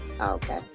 Okay